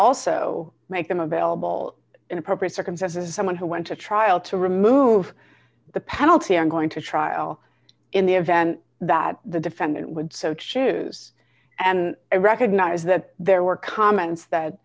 also make them available in appropriate circumstances someone who went to trial to remove the penalty are going to trial in the event that the defendant would so choose and i recognize that there were comments that